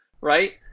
Right